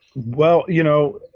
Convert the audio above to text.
well, you know